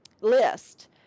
list